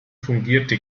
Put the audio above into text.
fungierte